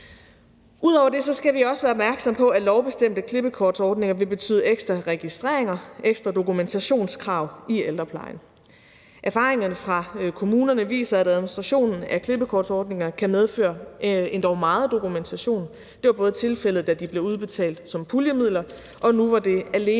Ud over det skal vi også være opmærksomme på, at lovbestemte klippekortsordninger vil betyde ekstra registreringer, ekstra dokumentationskrav i ældreplejen. Erfaringerne fra kommunerne viser, at administrationen af klippekortsordninger kan medføre endog meget dokumentation. Det var både tilfældet, da de blev udbetalt som puljemidler, og nu, hvor det alene